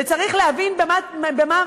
וצריך להבין במה.